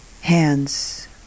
Hands